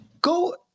Go